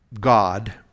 God